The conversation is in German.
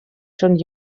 schon